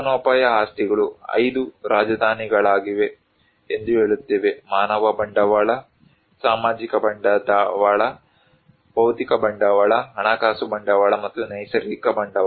ಜೀವನೋಪಾಯ ಆಸ್ತಿಗಳು 5 ರಾಜಧಾನಿಗಳಿವೆ ಎಂದು ಹೇಳುತ್ತೇವೆ ಮಾನವ ಬಂಡವಾಳ ಸಾಮಾಜಿಕ ಬಂಡವಾಳ ಭೌತಿಕ ಬಂಡವಾಳ ಹಣಕಾಸು ಬಂಡವಾಳ ಮತ್ತು ನೈಸರ್ಗಿಕ ಬಂಡವಾಳ